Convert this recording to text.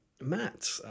Matt